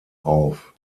auf